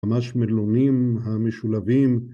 ‫ממש מלונים המשולבים.